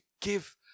give